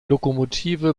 lokomotive